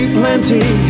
plenty